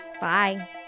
Bye